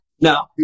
No